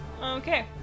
Okay